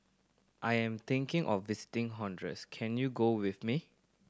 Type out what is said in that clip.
I am thinking of visiting Honduras can you go with me